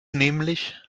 nämlich